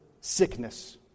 sickness